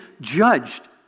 judged